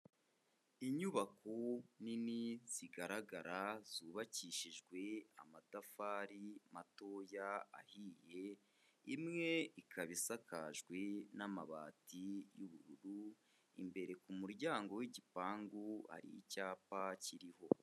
Inyubako nini zigaragara zubakishijwe amatafari matoya ahiye, imwe ikaba isakajwe n'amabati y'ubururu, imbere ku muryango w'igipangu hari icyapa kiriho.